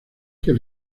que